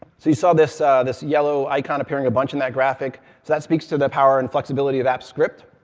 so you saw this ah this yellow icon appearing a bunch in that graphic. so that speaks to the power and flexibility of apps script,